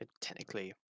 technically